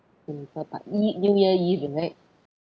simple part~ new new year eve is it